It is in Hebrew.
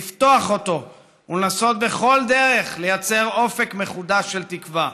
לפתוח אותו ולנסות בכל דרך לייצר אופק מחודש של תקווה.